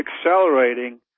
accelerating